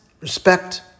respect